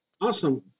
Awesome